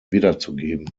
wiederzugeben